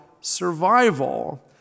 survival